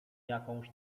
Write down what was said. jakąś